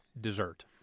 dessert